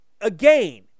again